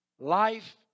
Life